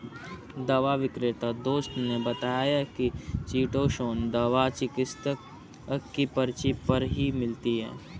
दवा विक्रेता दोस्त ने बताया की चीटोसोंन दवा चिकित्सक की पर्ची पर ही मिलती है